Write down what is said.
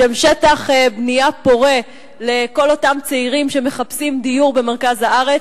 שהם שטח בנייה פורה לכל אותם צעירים שמחפשים דיור במרכז הארץ.